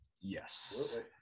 yes